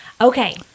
Okay